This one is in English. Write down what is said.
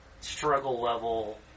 struggle-level